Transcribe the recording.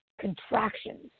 contractions